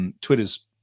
Twitter's